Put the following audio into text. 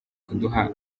kuduha